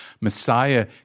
Messiah